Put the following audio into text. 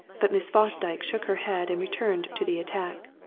but miss fosdyke shook her head and returned to the attack.